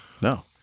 No